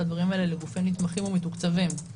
הדברים האלה לגופים נתמכים ומתוקצבים.